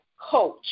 coach